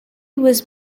was